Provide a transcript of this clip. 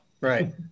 Right